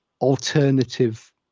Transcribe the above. alternative